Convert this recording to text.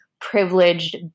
Privileged